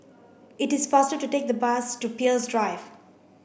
it is faster to take the bus to Peirce Drive